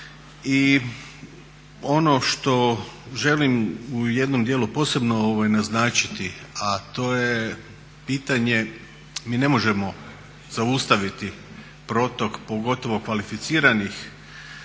I ono što želim u jednom dijelu posebno naznačiti, a to je pitanje mi ne možemo zaustaviti protok pogotovo kvalificiranih